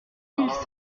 mille